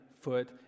foot